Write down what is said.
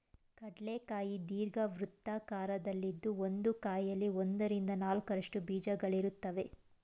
ಕಡ್ಲೆ ಕಾಯಿ ದೀರ್ಘವೃತ್ತಾಕಾರದಲ್ಲಿದ್ದು ಒಂದು ಕಾಯಲ್ಲಿ ಒಂದರಿಂದ ನಾಲ್ಕರಷ್ಟು ಬೀಜಗಳಿರುತ್ವೆ